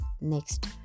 next